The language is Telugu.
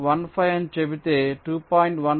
15 అని చెబితే 2